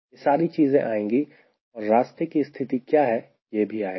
यह सारी चीजें आएंगी और रास्ते की स्थिति क्या है यह भी आएगा